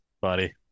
Buddy